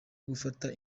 gufata